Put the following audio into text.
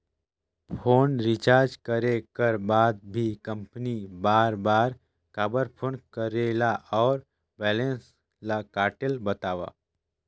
Phone recharge करे कर बाद भी कंपनी बार बार काबर फोन करेला और बैलेंस ल काटेल बतावव?